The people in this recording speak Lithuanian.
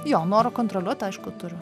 jo noro kontroliuot aišku turiu